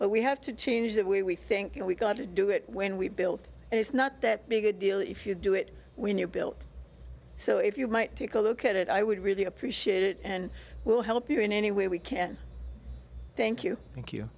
but we have to change that we think we've got to do it when we build it it's not that big a deal if you do it when you're built so if you might take a look at it i would really appreciate it and we'll help you in any way we can thank you thank you